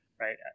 right